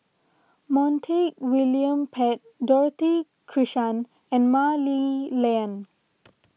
Montague William Pett Dorothy Krishnan and Mah Li Lian